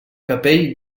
capell